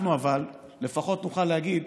אנחנו לפחות נוכל להגיד: